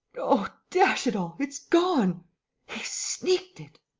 oh, dash it all, it's gone. he's sneaked it.